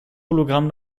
hologramm